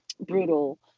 brutal